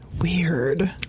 Weird